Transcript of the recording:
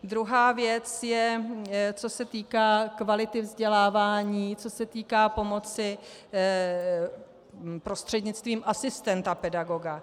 Druhá věc je, co se týká kvality vzdělávání, co se týká pomoci prostřednictvím asistenta pedagoga.